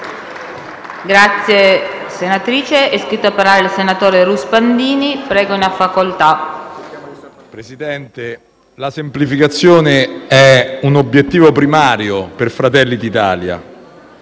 Presidente, la semplificazione è un obiettivo primario per Fratelli d'Italia;